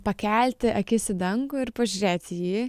pakelti akis į dangų ir pažiūrėti į jį